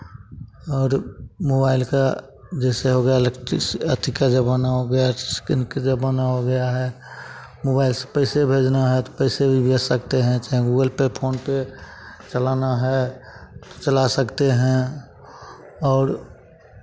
और मोबाइल का जैसे हो गया इलेक्ट्रिक्स अथि का जमाना हो गया है इस्किन के जमाना हो गया है मोबाइल से पैसे भेजना है तो पैसे भी भेज सकते हैं चाहे गूगल पे फोन पे चलाना है तो चला सकते हैं और